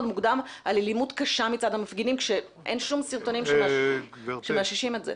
מוקדם על אלימות קשה מצד המפגינים כשאין שום סרטונים שמאששים את זה.